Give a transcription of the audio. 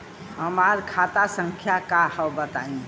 हमार खाता संख्या का हव बताई?